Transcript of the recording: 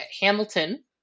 Hamilton